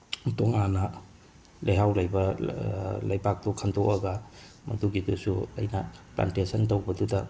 ꯇꯣꯉꯥꯟꯅ ꯂꯩꯍꯥꯎ ꯂꯩꯕ ꯂꯩꯕꯥꯛꯇꯣ ꯈꯟꯇꯣꯛꯑꯒ ꯃꯗꯨꯒꯤꯗꯨꯁꯨ ꯑꯩꯅ ꯄ꯭ꯂꯥꯟꯇꯦꯁꯟ ꯇꯧꯕꯗꯨꯗ